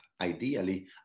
Ideally